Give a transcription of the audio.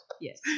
Yes